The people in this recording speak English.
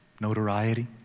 notoriety